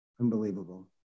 Unbelievable